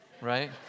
right